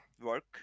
work